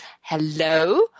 Hello